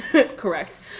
correct